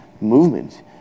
movement